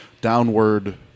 downward